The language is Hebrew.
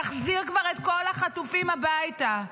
תחזיר כבר את כל החטופים הביתה.